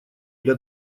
для